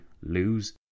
lose